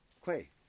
Clay